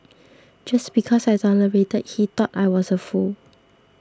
just because I tolerated he thought I was a fool